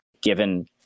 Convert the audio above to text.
given